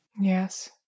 Yes